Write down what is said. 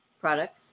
products